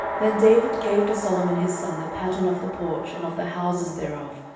then david gave to solomon his son the pattern of the porch, and of the houses thereof,